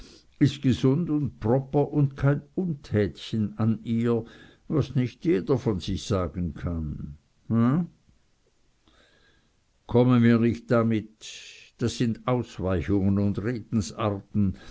is gesund un propper un kein untätchen an ihr was nich jeder von sich sagen kann he komme mir nicht damit das sind ausweichungen und redensarten